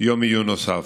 יום עיון נוסף.